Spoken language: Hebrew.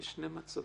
יש שני מצבים.